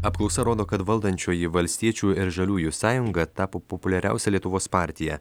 apklausa rodo kad valdančioji valstiečių ir žaliųjų sąjunga tapo populiariausia lietuvos partija